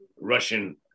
Russian